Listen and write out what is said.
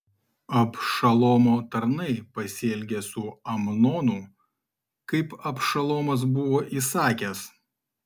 abšalomo tarnai pasielgė su amnonu kaip abšalomas buvo įsakęs